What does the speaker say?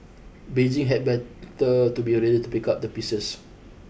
Beijing had better to be ready to pick up the pieces